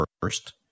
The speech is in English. first